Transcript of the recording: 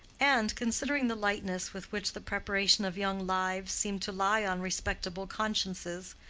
and, considering the lightness with which the preparation of young lives seem to lie on respectable consciences,